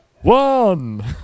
One